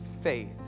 faith